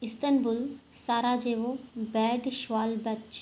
Istanbul Sarajevo बेल स्वालबछ